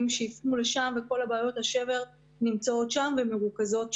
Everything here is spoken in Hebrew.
שיפנו לשם וכל הבעיות נמצאות שם ומרוכזות שם.